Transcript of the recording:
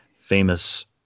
famous